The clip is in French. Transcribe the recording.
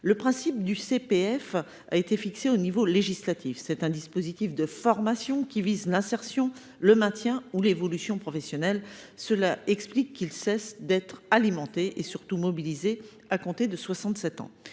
Le principe du CPF a été fixé au niveau législatif. C’est un dispositif de formation qui vise l’insertion, le maintien ou l’évolution professionnelle. Cela explique qu’il cesse d’être alimenté et, surtout, mobilisé à compter de l’âge